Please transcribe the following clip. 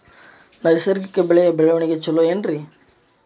ನೈಸರ್ಗಿಕ ಬೆಳೆಯ ಬೆಳವಣಿಗೆ ಚೊಲೊ ಏನ್ರಿ?